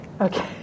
Okay